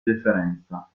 deferenza